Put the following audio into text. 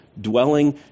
dwelling